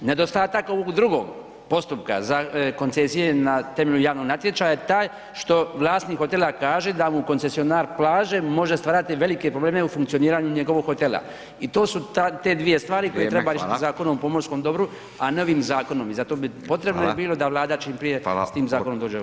Nedostatak ovog drugog postupka za koncesije na temelju javnog natječaja je taj što vlasnik hotela kaže da mu koncesionar plaže može stvarati velike probleme u funkcioniranju njegovog hotela i to su te dvije stvari koje treba [[Upadica: Vrijeme, hvala]] riješit Zakonom o pomorskom dobru, a i novim zakonom i zato bi, potrebno bi bilo [[Upadica: Hvala]] da Vlada čim prije [[Upadica: Hvala]] s tim zakonom dođe ovdje.